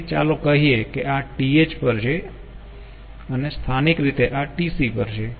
તેથી ચાલો કહીએ કે આ TH પર છે અને સ્થાનિક રીતે આ TC પર છે